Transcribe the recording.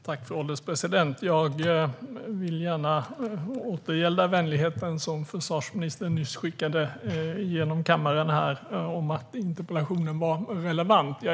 Fru ålderspresident! Jag vill gärna återgälda vänligheten som försvarsministern nyss skickade genom kammaren att interpellationen var relevant.